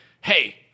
hey